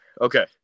Okay